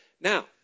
Now